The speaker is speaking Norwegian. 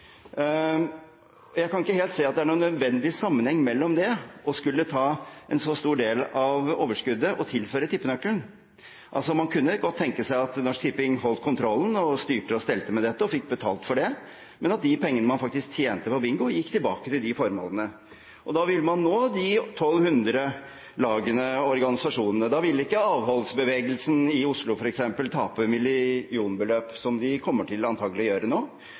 Jeg kan ikke helt se at det er noen nødvendig sammenheng mellom det og det å skulle ta en så stor del av overskuddet å tilføre tippenøkkelen. Man kunne godt tenke seg at Norsk Tipping holdt kontrollen, styrte og stelte med dette og fikk betalt for det, men at de pengene man faktisk tjente på bingo, gikk tilbake til de formålene. Da ville man nå de 1 200 lag og organisasjoner. Da ville f.eks. ikke avholdsbevegelsen i Oslo tape millionbeløp, som de antakelig kommer til å gjøre nå.